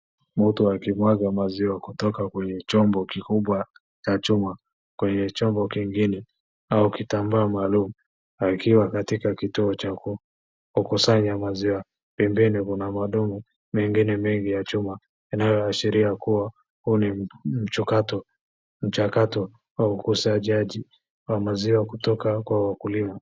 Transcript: Mto wa kimwaga maziwa kutoka kwenye chombo kikubwa cha chuma kwenye chombo kingine au kitambaa maalum akiwa katika kituo cha kukusanya maziwa. Pembeni kuna madumu mengine mengi ya chuma inayoashiria kuwa huu ni mchakato wa usajaji wa maziwa kutoka kwa wakulima.